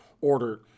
ordered